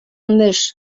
mysz